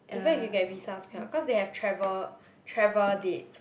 even if you get visa also cannot cause they have travel travel dates